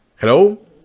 Hello